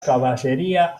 caballería